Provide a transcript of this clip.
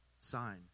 sign